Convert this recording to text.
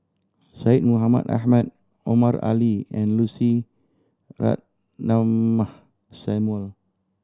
Syed Mohamed Ahmed Omar Ali and Lucy Ratnammah Samuel